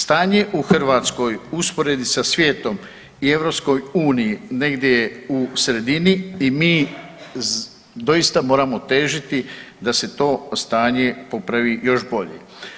Stanje u Hrvatskoj u usporedbi sa svijetom i EU negdje je u sredini i mi doista moramo težiti da se to stanje popravi još bolje.